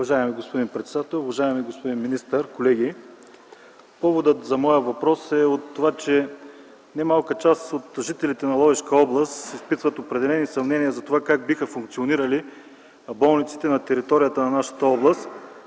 Уважаеми господин председател, уважаеми господин министър, колеги! Поводът за моя въпрос е това, че немалка част от жителите на Ловешка област изпитват определени съмнения за това как биха функционирали болниците на територията на нашата област